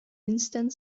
instant